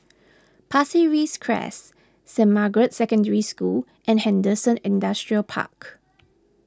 Pasir Ris Crest Saint Margaret's Secondary School and Henderson Industrial Park